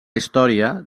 història